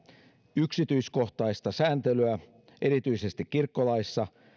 yksityiskohtaista sääntelyä erityisesti kirkkolaissa